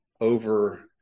over